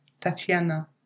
Tatiana